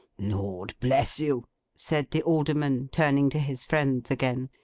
lord bless you said the alderman, turning to his friends again,